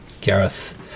Gareth